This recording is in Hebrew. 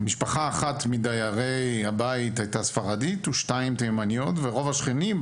משפחה אחת מדיירי הבית הייתה ספרדית ושתיים תימניות ורוב השכנים,